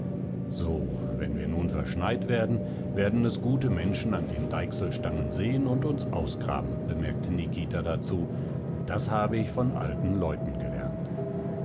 so wenn wir nun verschneit werden werden es gute menschen an den deichselstangen sehen und uns ausgraben bemerkte nikita dazu das habe ich von alten leuten gelernt